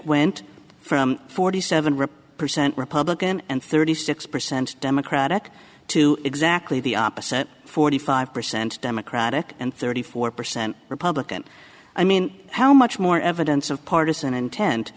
went from forty seven rip percent republican and thirty six percent democratic to exactly the opposite forty five percent democratic and thirty four percent republican i mean how much more evidence of partisan intent